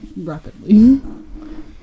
Rapidly